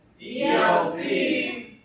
DLC